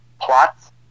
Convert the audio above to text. plots